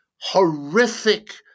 horrific